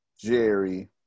Jerry